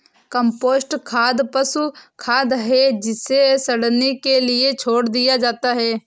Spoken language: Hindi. कम्पोस्ट खाद पशु खाद है जिसे सड़ने के लिए छोड़ दिया जाता है